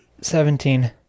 Seventeen